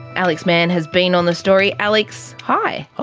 alex mann has been on the story. alex, hi. hi.